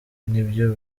nibyo